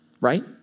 right